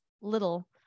little